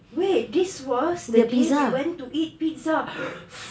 wait this was the day we went to eat pizza